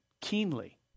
keenly